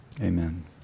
Amen